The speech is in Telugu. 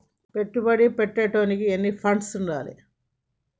పెట్టుబడి పెట్టేటోనికి ఎన్ని ఫండ్స్ ఉండాలే?